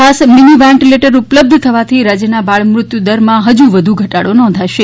ખાસ mini ventilator ઉપલબ્ધ થવાથી રાજ્યના બાળ મૃત્યુદરમાં ફજુ વધુ ઘટાડો નોંધાશે